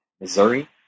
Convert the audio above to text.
Missouri